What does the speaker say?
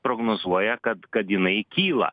prognozuoja kad kad jinai kyla